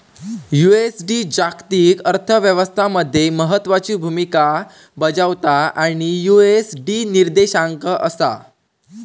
USD जागतिक अर्थ व्यवस्था मध्ये महत्त्वाची भूमिका बजावता आणि यु.एस.डी निर्देशांक असा